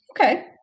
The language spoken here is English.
Okay